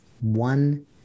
one